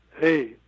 hey